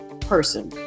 person